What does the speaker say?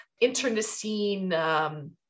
internecine